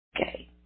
Okay